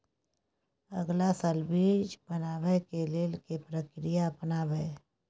अगला साल बीज बनाबै के लेल के प्रक्रिया अपनाबय?